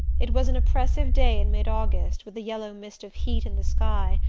it was an oppressive day in mid-august, with a yellow mist of heat in the sky,